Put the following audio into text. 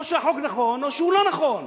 או שהחוק נכון או שהוא לא נכון.